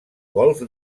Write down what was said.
golf